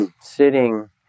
sitting